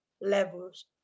levels